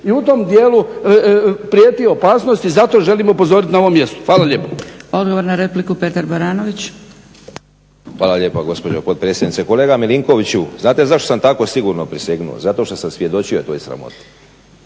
I u tom dijelu prijeti opasnost i zato želimo upozoriti na ovom mjestu. Hvala lijepo. **Zgrebec, Dragica (SDP)** Odgovor na repliku, Petar Baranović. **Baranović, Petar (HNS)** Hvala lijepa gospođo potpredsjednice. Kolega Milinkoviću znate zašto sam tako sigurno prisegnuo? Zato što sam svjedočio toj sramoti.